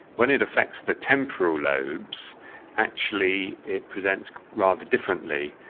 when it affects the temporal lobes actually it presents rather differently.